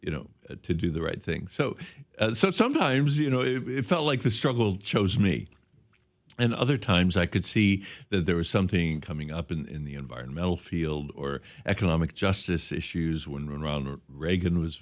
you know to do the right thing so sometimes you know if felt like the struggle chose me and other times i could see that there was something coming up in the environmental field or economic justice issues when ronald reagan was